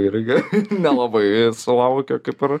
irgi nelabai sulaukiu kaip ir